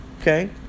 okay